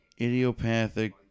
Idiopathic